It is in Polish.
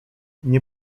nie